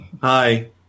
hi